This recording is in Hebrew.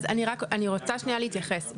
אז אני רוצה שנייה להתייחס.